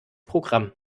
programm